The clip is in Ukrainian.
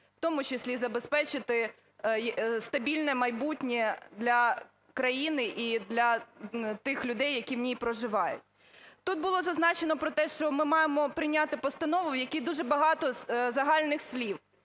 в тому числі і забезпечити стабільне майбутнє для країни і для тих людей, які в ній проживають. Тут було зазначено про те, що ми маємо прийняти постанову, в якій дуже багато загальних слів,